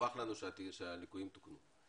ודווח לנו שהליקויים תוקנו.